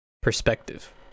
Perspective